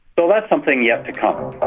so that's something yet to come.